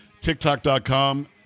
TikTok.com